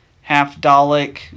half-Dalek